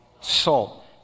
salt